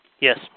Yes